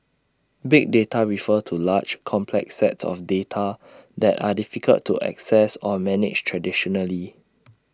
big data refers to large complex sets of data that are difficult to access or manage traditionally